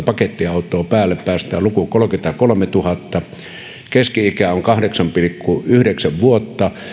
pakettiautoa päälle päästään lukuun kolmekymmentäkolmetuhatta kun keski ikä on kahdeksan pilkku yhdeksän vuotta